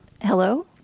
hello